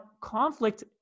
conflict